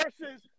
versus